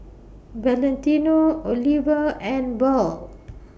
Valentino Oliva and Verl